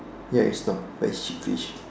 ya it's not but it's cheap fish